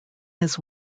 his